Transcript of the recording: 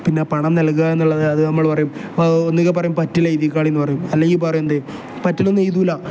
പിന്നെ പണം നൽകുക എന്നുള്ളത് അത് നമ്മൾ പറയും ഒന്നിക്കിൽ പറയും പറ്റിൽ എഴുതിക്കോളി എന്ന് പറയും അല്ലെങ്കിൽ പറയുക എന്താണ് പറ്റിലൊന്നും എഴുതുകയില്ല